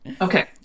Okay